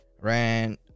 Ran